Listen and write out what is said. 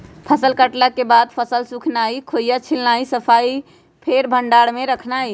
फसल कटला के बाद फसल सुखेनाई, खोइया छिलनाइ, सफाइ, फेर भण्डार में रखनाइ